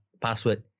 password